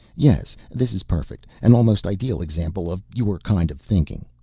yes, this is perfect. an almost ideal example of your kind of thinking.